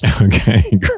Okay